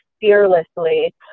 fearlessly